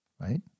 right